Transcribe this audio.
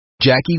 Jackie